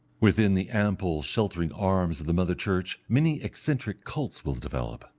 within the ample sheltering arms of the mother church many eccentric cults will develop.